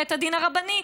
בבית הדין הרבני.